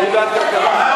אני בעד כלכלה.